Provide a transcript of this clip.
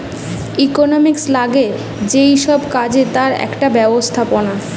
economics লাগে যেই সব কাজে তার একটা ব্যবস্থাপনা